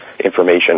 information